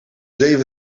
zeven